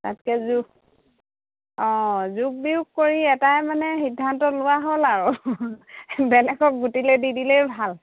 তাতকৈ যোগ অঁ যোগ বিয়োগ কৰি এটাই মানে সিদ্ধান্ত লোৱা হ'ল আৰু বেলেগক গুটিলে দি দিলেই ভাল